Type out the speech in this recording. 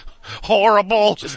Horrible